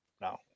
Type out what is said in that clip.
no